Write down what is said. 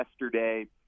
yesterday